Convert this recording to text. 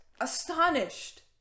astonished